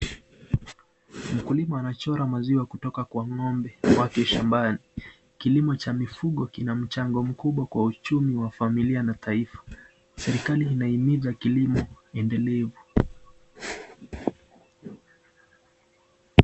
Mkulima anachora maziwa kutoka kwa ng'ombe wake shambani, Kilimo cha mifugo kina mchango mkubwa kwa uchumi wa familia na taifa. Serekali inahimiza kilimo endelevu